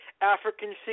African